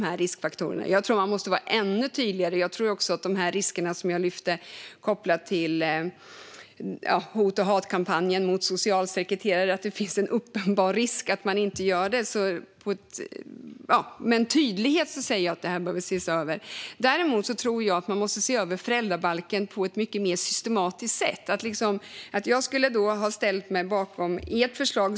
Jag tror dock att man måste vara ännu tydligare, och jag tänker på de risker som jag lyfte kopplat till hot och hatkampanjen mot socialsekreterare. Det finns en uppenbar risk om man inte gör detta, och jag vill tydligt säga att det här behöver ses över. Däremot tror jag att man måste se över föräldrabalken på ett mycket mer systematiskt sätt. Du säger att jag skulle ha ställt mig bakom ert förslag.